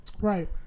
Right